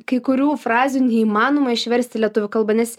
kai kurių frazių neįmanoma išversti į lietuvių kalbą nes